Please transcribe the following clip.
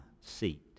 seat